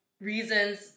reasons